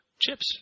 chips